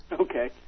Okay